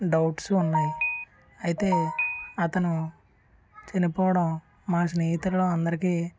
doubts ఉన్నాయి అయితే అతను చనిపోవడం మా స్నేహితుల్లో అందరికి